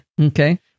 Okay